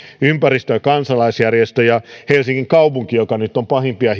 ympäristö ja kansalaisjärjestöt ja helsingin kaupunki joka nyt on pahimpia